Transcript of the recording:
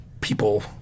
people